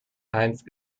einst